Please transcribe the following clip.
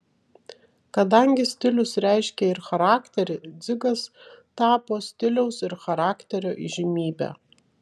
kadangi stilius reiškia ir charakterį dzigas tapo stiliaus ir charakterio įžymybe